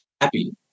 happy